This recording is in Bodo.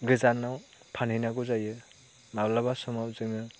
गोजानाव फानहैनांगौ जायो माब्लाबा समाव जोङो